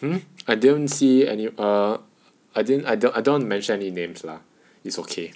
hmm I didn't see any or I didn't either I don't want to mention any names lah it's okay